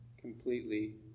completely